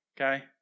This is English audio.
okay